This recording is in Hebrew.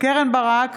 קרן ברק,